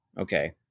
Okay